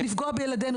לפגוע בילדינו.